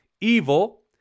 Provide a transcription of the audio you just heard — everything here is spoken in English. evil